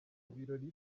ibirori